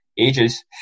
ages